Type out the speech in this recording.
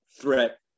threat